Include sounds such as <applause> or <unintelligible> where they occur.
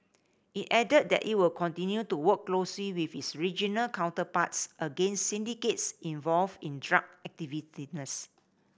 it added that it will continue to work closely with its regional counterparts against syndicates involved in drug <unintelligible>